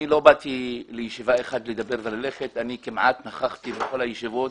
אני לא באתי לישיבה אחת לדבר וללכת אלא אני נכחתי כמעט בכל הישיבות